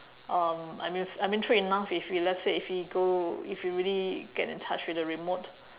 um I mean I mean true enough if we let's say if we go if you really get in touch with the remote